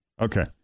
Okay